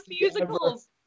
musicals